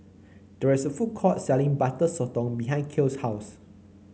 there is a food court selling Butter Sotong behind Kale's house